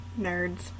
Nerds